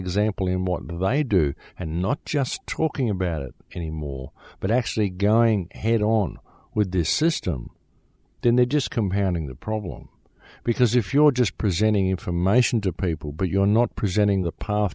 example in what devide do and not just talking about it anymore but actually going head on with this system then they just compounding the problem because if you're just presenting information to people but you're not presenting the power